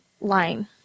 line